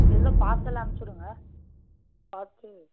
இல்லை பார்சலாக அமுச்சிவிடுங்க பார்சல்